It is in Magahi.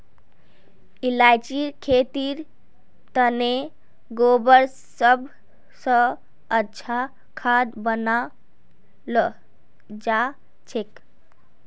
इलायचीर खेतीर तने गोबर सब स अच्छा खाद मनाल जाछेक